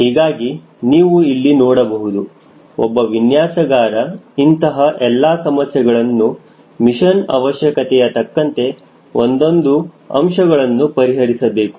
ಹೀಗಾಗಿ ನೀವು ಇಲ್ಲಿ ನೋಡಬಹುದು ಒಬ್ಬ ವಿನ್ಯಾಸಗಾರ ಇಂತಹ ಎಲ್ಲಾ ಸಮಸ್ಯೆಗಳನ್ನು ಮಿಷನ್ ಅವಶ್ಯಕತೆಯ ತಕ್ಕಂತೆ ಒಂದೊಂದು ಅಂಶಗಳನ್ನು ಪರಿಹರಿಸಬೇಕು